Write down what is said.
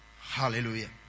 Hallelujah